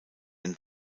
and